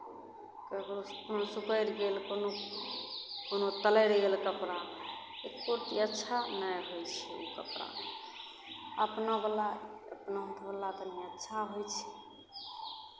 ककरो कोनो सिकुरि गेल कोनो पलरि गेल कपड़ा एक्को रत्ती अच्छा नहि होइ छै कपड़ा अपनावला अपनावला तनि अच्छा होइ छै